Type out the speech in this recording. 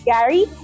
Gary